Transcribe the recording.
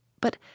But